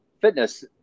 fitness